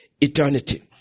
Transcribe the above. eternity